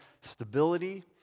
stability